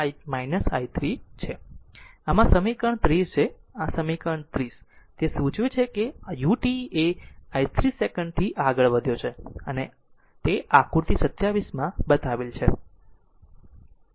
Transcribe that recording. આમ આ સમીકરણ 30 છે આમ આ સમીકરણ 30 તે સૂચવે છે કે u t એ i 3 સેકંડથી આગળ વધ્યો છે અને આકૃતિ 27 માં બતાવ્યા છે